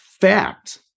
fact